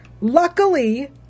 Luckily